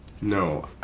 No